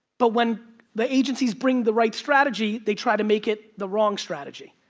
but when the agencies bring the right strategy they try to make it the wrong strategy.